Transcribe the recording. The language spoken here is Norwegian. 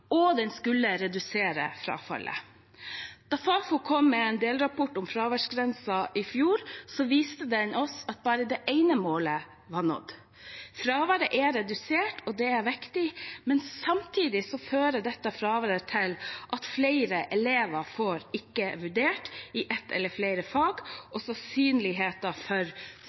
og den skulle redusere frafallet. Fafo kom med en delrapport om fraværsgrensen i fjor. Den viste oss at bare det ene målet var nådd. Fraværet er redusert, og det er viktig, men samtidig fører fraværsgrensen til at flere elever får «ikke vurdert» i ett eller flere fag, og sannsynligheten for